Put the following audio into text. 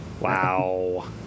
Wow